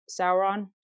Sauron